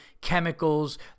chemicals